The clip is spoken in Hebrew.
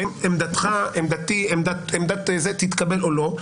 בין אם עמדתי או עמדתך תתקבל או לא.